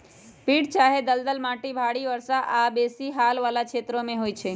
पीट चाहे दलदल माटि भारी वर्षा आऽ बेशी हाल वला क्षेत्रों में होइ छै